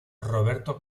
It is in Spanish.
roberto